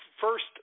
first